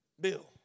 Bill